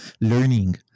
learning